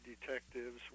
detectives